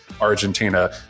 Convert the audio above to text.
Argentina